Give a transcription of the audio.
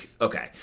okay